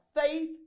faith